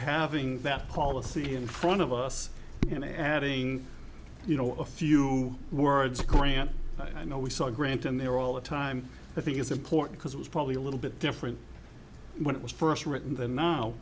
having that policy in front of us having you know a few words grant i know we saw grant in there all the time i think it's important because it was probably a little bit different when it was first written the now